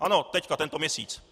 Ano, teď, tento měsíc.